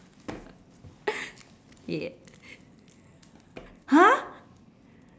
yeah !huh!